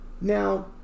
Now